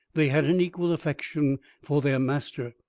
they had an equal affection for their master,